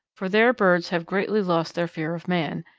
for there birds have greatly lost their fear of man,